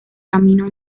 camino